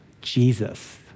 Jesus